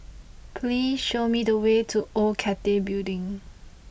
please show me the way to Old Cathay Building